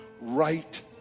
right